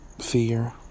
fear